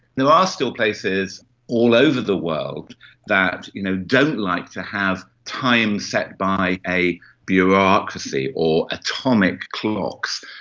there are still places all over the world that you know don't like to have time set by a bureaucracy or atomic clocks.